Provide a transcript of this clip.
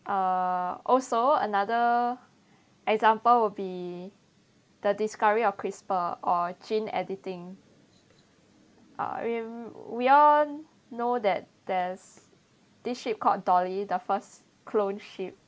uh also another example would be the discovery of crisper or gene editing uh we all know that there's this sheep called dolly the first cloned sheep